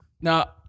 Now